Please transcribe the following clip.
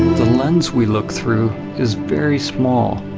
the lens we look through is very small